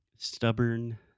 Stubborn